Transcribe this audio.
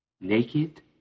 Naked